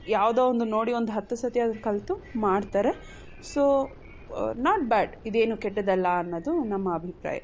ಯಾವುದೋ ಒಂದು ನೋಡಿ ಒಂದು ಹತ್ತು ಸತಿಯಾದರೂ ಕಲಿತು ಮಾಡ್ತಾರೆ ಸೊ ನಾಟ್ ಬ್ಯಾಡ್ ಇದೇನು ಕೆಟ್ಟದ್ದಲ್ಲ ಅನ್ನೋದು ನಮ್ಮ ಅಭಿಪ್ರಾಯ